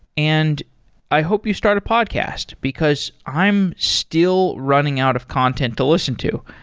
and i hope you start a podcast, because i am still running out of content to listen to.